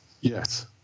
Yes